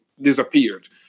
disappeared